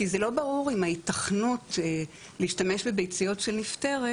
כי זה לא ברור אם ההיתכנות להשתמש בביציות של נפטרת